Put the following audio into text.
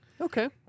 Okay